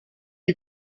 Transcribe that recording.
est